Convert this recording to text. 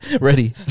ready